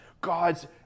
God's